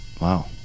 wow